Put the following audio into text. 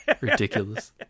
Ridiculous